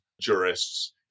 jurists